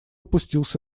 пустился